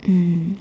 mm